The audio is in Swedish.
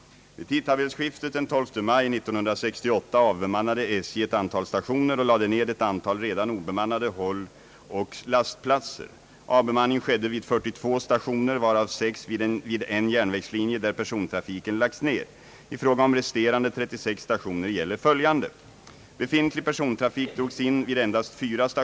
Avbemanning skedde vid 42 stationer, varav 6 vid en järnvägslinje där persontrafiken lagts ned.